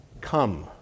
come